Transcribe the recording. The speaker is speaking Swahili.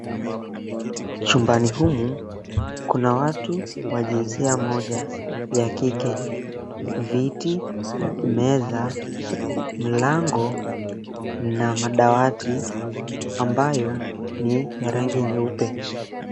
Chumbani humu kuna watu wa jinsia moja ya kike. Viti, meza, mlango na madawati ambayo ni ya rangi nyeupe.